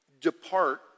depart